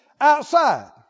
Outside